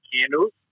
candles